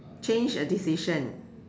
change a decision